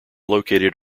located